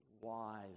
wise